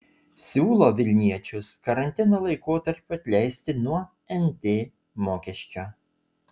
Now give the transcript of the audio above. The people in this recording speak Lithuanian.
siūlo vilniečius karantino laikotarpiu atleisti nuo nt mokesčio